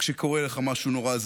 כשקורה לך משהו נורא.